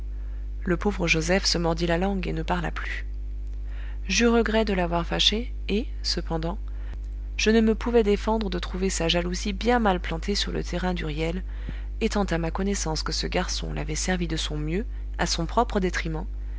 le pauvre joseph se mordit la langue et ne parla plus j'eus regret de l'avoir fâché et cependant je ne me pouvais défendre de trouver sa jalousie bien mal plantée sur le terrain d'huriel étant à ma connaissance que ce garçon l'avait servi de son mieux à son propre détriment